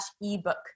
ebook